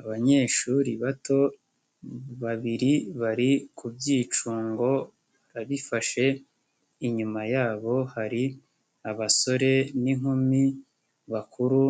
Abanyeshuri bato babiri bari ku byicungo, babifashe, inyuma yabo hari abasore n'inkumi bakuru